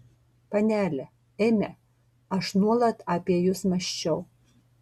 panele eime aš nuolat apie jus mąsčiau